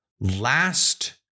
Last